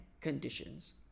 conditions